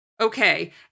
Okay